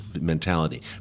mentality